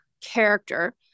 character